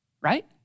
right